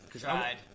Tried